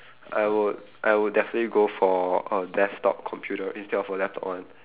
I would I would definitely go for a desktop computer instead of a laptop one